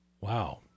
Wow